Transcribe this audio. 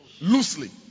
Loosely